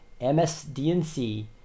msdnc